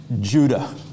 Judah